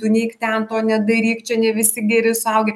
tu neik ten to nedaryk čia ne visi geri suaugę